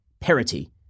parity